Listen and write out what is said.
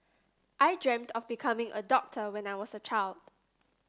I dreamt of becoming a doctor when I was a child